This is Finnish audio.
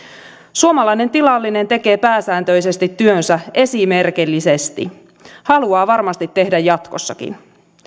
suomalainen tilallinen tekee pääsääntöisesti työnsä esimerkillisesti haluaa varmasti tehdä jatkossakin